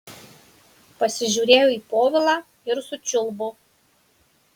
pasižiūrėjo į povilą ir sučiulbo